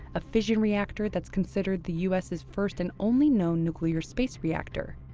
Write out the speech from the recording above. a fission reactor that's considered the u s s first and only known nuclear space reactor.